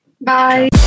Bye